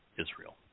Israel